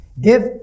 Give